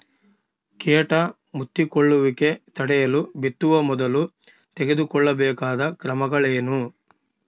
ಕೇಟ ಮುತ್ತಿಕೊಳ್ಳುವಿಕೆ ತಡೆಯಲು ಬಿತ್ತುವ ಮೊದಲು ತೆಗೆದುಕೊಳ್ಳಬೇಕಾದ ಕ್ರಮಗಳೇನು?